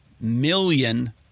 million